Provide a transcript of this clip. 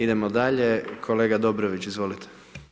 Idemo dalje, kolega Dobrović, izvolite.